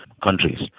countries